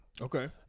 Okay